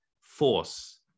force